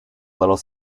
little